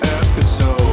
episode